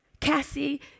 Cassie